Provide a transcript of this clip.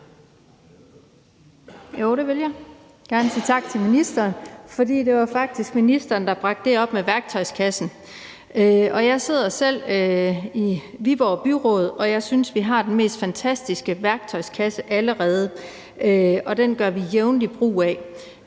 Så vil jeg også gerne sige tak til ministeren, for det var faktisk ministeren, der trak det med værktøjskassen frem. Jeg sidder selv i Viborg Byråd, og jeg synes, vi har den mest fantastiske værktøjskasse allerede, og den gør vi jævnligt brug af.